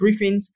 briefings